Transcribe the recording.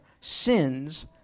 sins